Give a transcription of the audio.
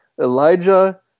Elijah